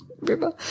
river